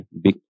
big